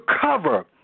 cover